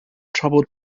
troubled